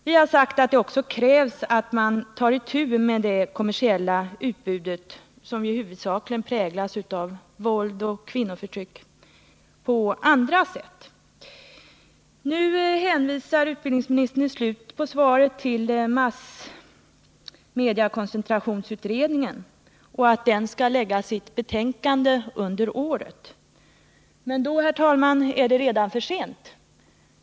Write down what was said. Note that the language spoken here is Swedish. Vi har sagt att det också krävs att man på andra sätt tar itu med det kommersiella utbud som i huvudsak präglas av våld och kvinnoförtryck. Utbildningsministern hänvisar i slutet på svaret till massmediekoncentrationsutredningen och till att den under året skall lägga fram sitt betänkande. Men då är det, herr talman, redan för sent.